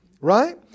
Right